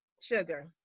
sugar